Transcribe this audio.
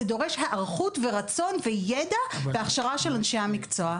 זה דורש היערכות ורצון וידע והכשרה של אנשי המקצוע.